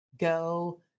go